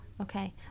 Okay